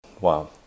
Wow